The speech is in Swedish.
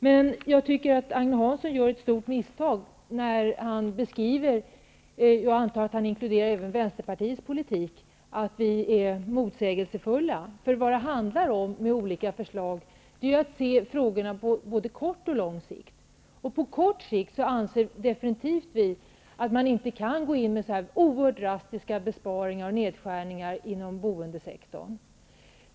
Men jag tycker att Agne Hansson gör ett stort misstag när han beskriver oss, och jag antar att han även inkluderar Vänsterpartiets politik, som motsägelsefulla. Vad olika förslag handlar om är att se frågorna på både kort och lång sikt. På kort sikt anser vi definitivt att man inte kan gå in med så här oerhört drastiska besparingar och nedskärningar inom boendesektorn.